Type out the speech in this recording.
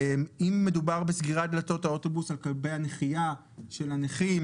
אם מדובר על סגירת דלתות האוטובוס על כלבי הנחייה של הנכים